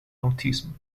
autism